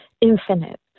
infinite